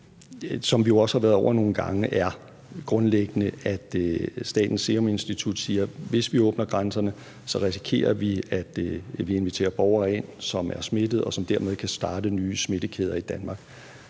vi jo også har været over nogle gange, er grundlæggende, at Statens Serum Institut siger, at hvis vi åbner grænserne, risikerer vi, at vi inviterer borgere ind, som er smittet, og som dermed kan starte nye smittekæder i Danmark.